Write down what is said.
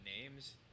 names